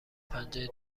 پنجه